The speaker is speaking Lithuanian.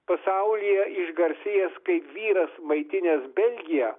pasaulyje išgarsėjęs kaip vyras maitinęs belgiją